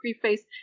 preface